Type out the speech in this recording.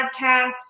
podcast